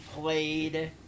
played